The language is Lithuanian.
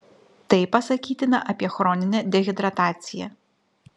tai pasakytina apie chroninę dehidrataciją